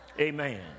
amen